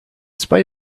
spite